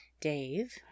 dave